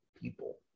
people